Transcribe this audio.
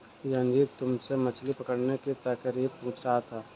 रंजित मुझसे मछली पकड़ने की तरकीब पूछ रहा था